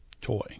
toy